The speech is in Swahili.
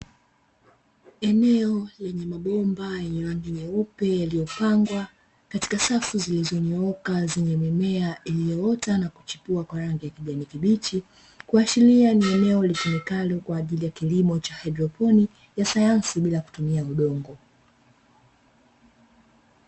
Eneo lenye mabomba yenye rangi nyeupe, yaliyopangwa katika safu zilizonyooka zenye mimea iliyoota na kuchipua kwa rangi ya kijani kibichi, kuashiria ni eneo litumikalo kwa ajili ya kilimo cha haidroponi, ya sayansi bila kutumia udongo.